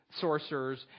sorcerers